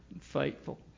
faithful